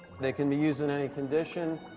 they can be used in any condition.